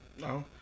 No